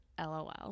LOL